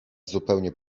zupełnie